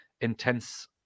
intense